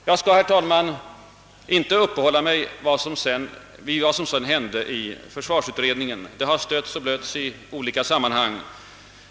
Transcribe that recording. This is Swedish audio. Jag skall, herr talman, inte uppehålla mig vid vad som sedan hände i försvarsutredningen; det har stötts och blötts i olika sammanhang.